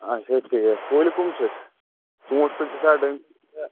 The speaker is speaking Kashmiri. اچھا ٹھیٖک کُلۍ کٕم چھِس ژوٗنٛٹھۍ کُلۍ چھِ سا ڈوٗنۍ کُلۍ چھِ سا